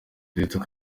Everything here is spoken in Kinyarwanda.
perezida